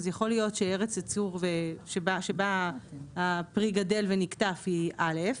אז יכול להיות שארץ ייצור שבה הפרי גדל ונקטף היא אחת,